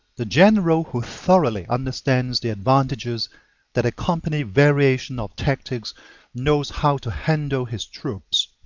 the general who thoroughly understands the advantages that accompany variation of tactics knows how to handle his troops.